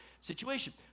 situation